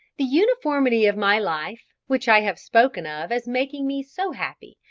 the uniformity of my life, which i have spoken of as making me so happy,